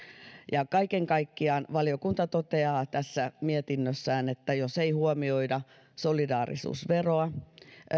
kaiken kaikkiaan valiokunta toteaa tässä mietinnössään että jos ei huomioida solidaarisuusveroa